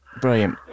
Brilliant